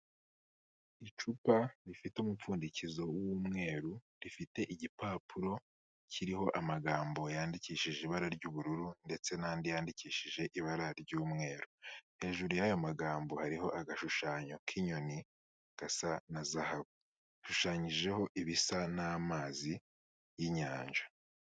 Icupa rifite umupfundikizo w'umweru, rifite igipapuro kiriho amagambo yandikishije ibara ry'ubururu ndetse n'andi yandikishije ibara ry'umweru, hejuru y'ayo magambo hariho agashushanyo k'inyoni gasa na zahabu, hashushanyijeho ibisa n'amazi y'inyanja.